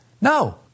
No